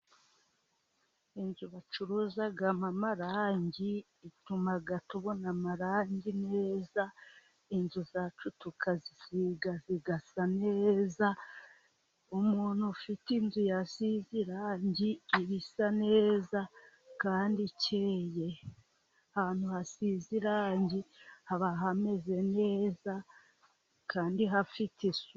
Inzu bacuruzamo amarangi, ituma tubona amarangi neza inzu zacu tukazisiga zigasa neza, umuntu ufite inzu yasize irangi iba isa neza kandi ikeye, ahantu hasize irangi haba hameze neza kandi hafite isuku.